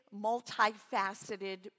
multifaceted